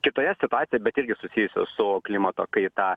kitoje situacija bet irgi susijusios su klimato kaitą